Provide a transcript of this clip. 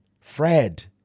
Fred